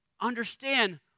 understand